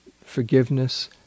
Forgiveness